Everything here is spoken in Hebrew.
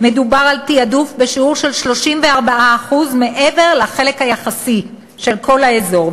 מדובר על תעדוף בשיעור של 34% מעבר לחלק היחסי של כל האזור,